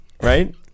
Right